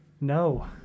No